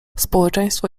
społeczeństwo